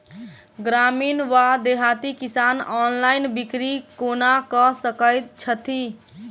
ग्रामीण वा देहाती किसान ऑनलाइन बिक्री कोना कऽ सकै छैथि?